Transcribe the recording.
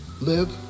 live